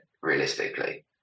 Realistically